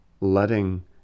letting